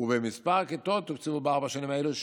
ומספר הכיתות שתוקצבו בארבע השנים האלה,